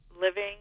living